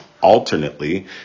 alternately